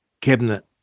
Cabinet